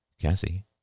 Cassie